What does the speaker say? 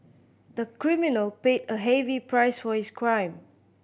the criminal paid a heavy price for his crime